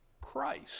Christ